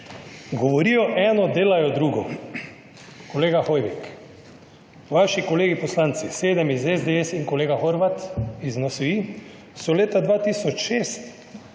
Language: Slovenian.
Govorijo eno, delajo drugo. Kolega Hoivik, vaši kolegi poslanci, sedem iz SDS in kolega Horvat iz NSi so leta 2006